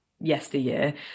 yesteryear